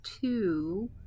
two